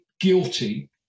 guilty